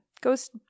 goes